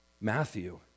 Matthew